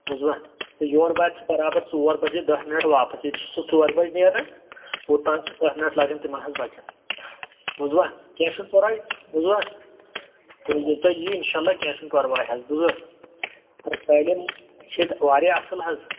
زُوا تہٕ یور واتہِ سُہ برابر ژور بَجے دَہ مِنٛٹ واپَس ییٚتہِ چھُ سُہ ژوٚرِ بَجہِ نیران اوٚتام چھِ دَہ مِنٹ لگان تِمن حظ بَچن بوٗزوا کیٚنٛہہ چھُنہٕ پَرواے بوٗزوا تہٕ ییٚلہِ تُہۍ یِیِو اِنشااللہ کیٚنٛہہ چھُنہٕ پَرواے حظ بوٗزوا تعلیٖم چھِ ییٚتہِ واریاہ اَصٕل حظ